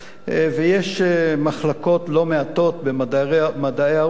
ויש מחלקות לא מעטות במדעי הרוח,